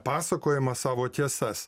pasakojimą savo tiesas